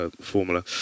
formula